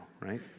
right